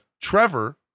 Trevor